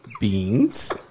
beans